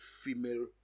female